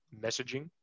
messaging